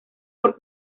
por